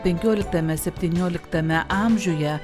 penkioliktame septynioliktame amžiuje